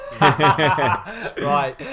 right